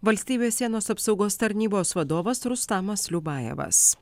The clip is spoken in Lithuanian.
valstybės sienos apsaugos tarnybos vadovas rustamas liubajevas